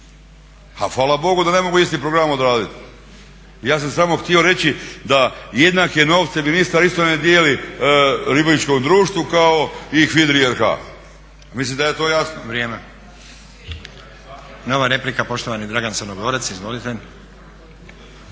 A hvala Bogu da ne mogu isti program odraditi. Ja sam samo htio reći da jednake novce ministar isto ne dijeli … društvu kao i HVIDRA-i RH. Mislim da je to jasno. **Stazić, Nenad (SDP)** Nova replika, poštovani Dragan Crnogorac. Izvolite.